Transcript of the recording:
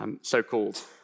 so-called